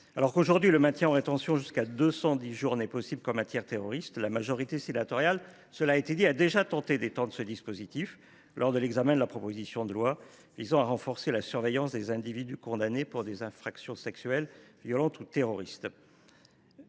Alors que, aujourd’hui, le maintien en rétention jusqu’à 210 jours n’est possible qu’en matière terroriste, la majorité sénatoriale a déjà tenté d’étendre ce dispositif lors de l’examen de la proposition de loi visant à renforcer la surveillance des individus condamnés pour des infractions sexuelles, violentes ou terroristes